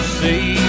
see